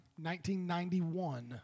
1991